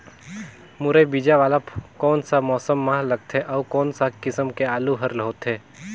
मुरई बीजा वाला कोन सा मौसम म लगथे अउ कोन सा किसम के आलू हर होथे?